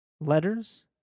letters